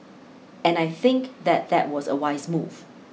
and I think that that was a wise move